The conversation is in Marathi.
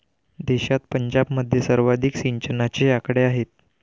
देशात पंजाबमध्ये सर्वाधिक सिंचनाचे आकडे आहेत